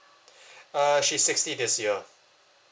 uh she's sixty this year